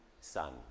son